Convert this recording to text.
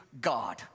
God